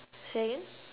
say again